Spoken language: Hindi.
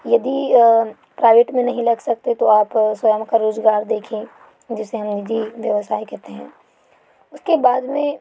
यदि प्राइवेट में नहीं लग सकते तो आप स्वयं का रोजगार देखें जिसे हम निजी व्यवसाय कहते हैं उसके बाद में